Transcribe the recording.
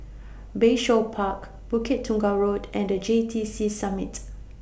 Bayshore Park Bukit Tunggal Road and The J T C Summit